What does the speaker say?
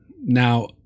Now